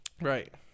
Right